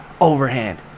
overhand